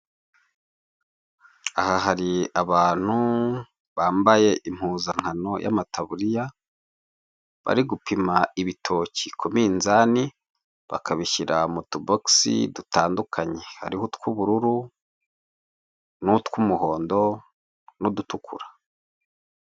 Aha hari abantu bambaye impuzankano y'amataburiya, bari gupima ibitoki ku minzani, bakabishyira mutubogisi dutandukanye, hariho utw'ubururu, n'utwumuhondo n'udutukura.